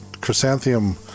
chrysanthemum